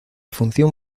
función